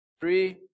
three